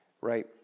right